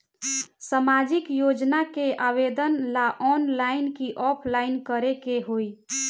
सामाजिक योजना के आवेदन ला ऑनलाइन कि ऑफलाइन करे के होई?